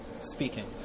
speaking